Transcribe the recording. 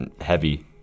heavy